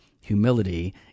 humility